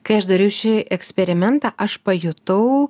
kai aš dariau šį eksperimentą aš pajutau